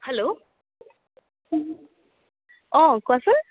hello অঁ কোৱাচোন